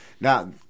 now